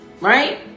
right